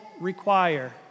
require